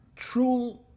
True